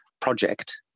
project